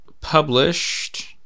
published